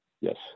Yes